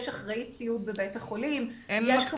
יש אחראית סיעוד בבית החולים.